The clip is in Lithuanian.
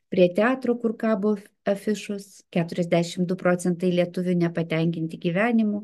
prie teatro kur kabo afišos keturiasdešimt du procentai lietuvių nepatenkinti gyvenimu